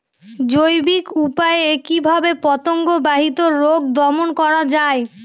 জৈবিক উপায়ে কিভাবে পতঙ্গ বাহিত রোগ দমন করা যায়?